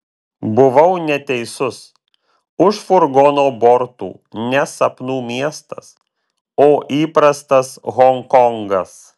buvau neteisus už furgono bortų ne sapnų miestas o įprastas honkongas